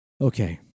Okay